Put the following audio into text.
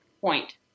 point